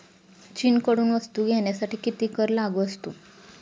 चीनकडून वस्तू घेण्यासाठी किती कर लागू असतो?